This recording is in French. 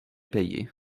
payé